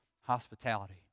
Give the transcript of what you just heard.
hospitality